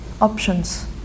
options